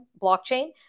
blockchain